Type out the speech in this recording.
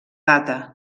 data